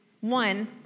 one